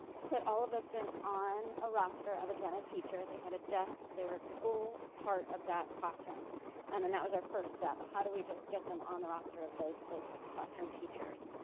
put all of those students on a roster of a gen ed teacher, they had a desk, they were full part of that classroom um and that was our first step. how do we just get them on the roster of those those classroom teachers?